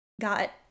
got